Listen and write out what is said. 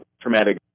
traumatic